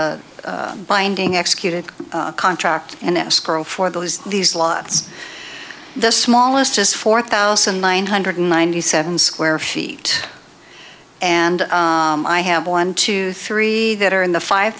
a binding executed contract and escrow for those these lots the smallest is four thousand nine hundred ninety seven square feet and i have one two three that are in the five